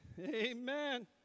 Amen